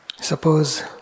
Suppose